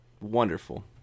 Wonderful